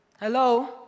Hello